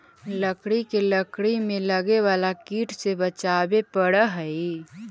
लकड़ी के लकड़ी में लगे वाला कीट से बचावे पड़ऽ हइ